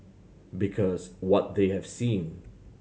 because what they have seen